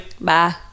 Bye